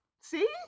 See